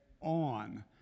on